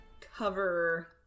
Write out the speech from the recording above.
cover